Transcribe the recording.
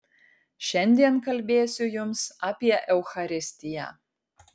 šiandien kalbėsiu jums apie eucharistiją